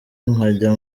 nkajya